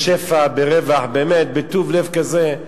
בשפע, בטוב לב כזה.